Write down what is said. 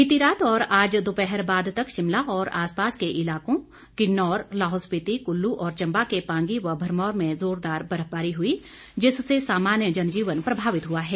बीती रात और आज दोपहर बाद तक शिमला और आसपास के इलाकों किन्नौर लाहौल स्पिति कुल्लू और चंबा के पांगी व भरमौर में जोरदार बर्फबारी हुई जिससे सामान्य जनजीवन प्रभावित हुआ है